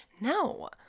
No